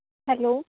hello